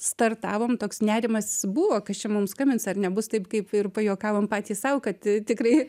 startavom toks nerimas buvo kas čia mum skambins ar nebus taip kaip ir pajuokavom patys sau kad tikrai